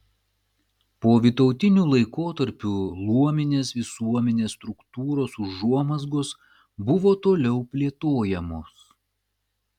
povytautiniu laikotarpiu luominės visuomenės struktūros užuomazgos buvo toliau plėtojamos